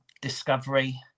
discovery